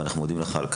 זו העבודה שלנו.